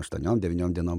aštuoniom devyniom dienom